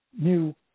new